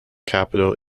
capital